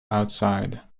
outside